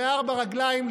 בארבע רגליים,